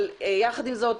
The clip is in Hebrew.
אבל יחד עם זאת,